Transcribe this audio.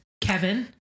Kevin